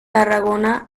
tarragona